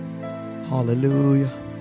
Hallelujah